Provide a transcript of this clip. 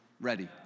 ready